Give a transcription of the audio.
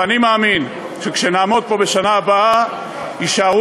ואני מאמין שכשנעמוד פה בשנה הבאה יישארו